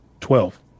Twelve